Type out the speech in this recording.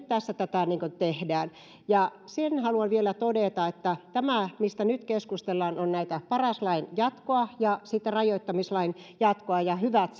tässä tätä niin kuin tehdään sen haluan vielä todeta että nämä mistä nyt keskustellaan ovat tämän paras lain jatko ja sitten rajoittamislain jatko ja hyvät